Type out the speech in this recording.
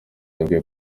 yabwiye